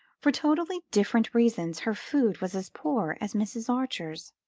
for totally different reasons, her food was as poor as mrs. archer's,